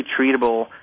treatable